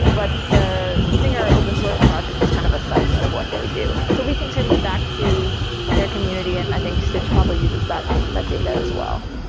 but the singer open source project is kind of a subset of what they do. so we contribute back to their community. and i think stitch probably uses that that data as well,